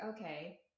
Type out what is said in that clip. okay